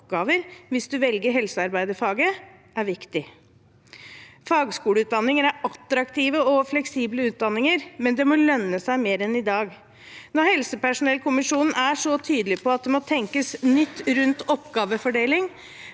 hvis man velger helsearbeiderfaget, er viktig. Fagskoleutdanninger er attraktive og fleksible utdanninger, men det må lønne seg mer enn i dag. Når helsepersonellkommisjonen er så tydelig på at det må tenkes nytt